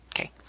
Okay